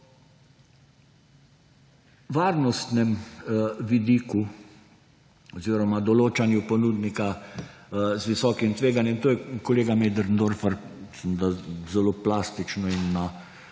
varnostnem vidiku oziroma določanju ponudnika z visokim tveganjem, to je kolega Möderndorfer plastično in